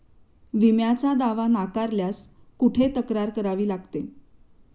विम्याचा दावा नाकारल्यास कुठे तक्रार करावी लागते?